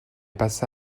passa